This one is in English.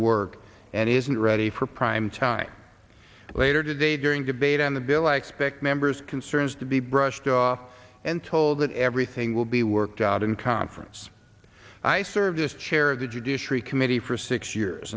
work and isn't ready for primetime later today during debate on the bill i expect members concerns to be brushed off and told that everything will be worked out in conference i serviced chair of the judiciary committee for six years